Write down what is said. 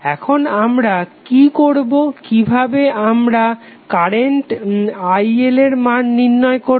এখন আমরা কি করবো কিভাবে আমরা কারেন্ট IL এর মান নির্ণয় করবো